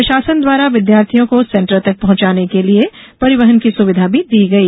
प्रशासन द्वारा विद्यार्थियों को सेंटर तक पहुंचाने के लिये परिवहन की सुविधा भी दी गई